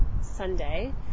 Sunday